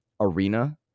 arena